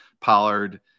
Pollard